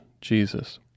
Jesus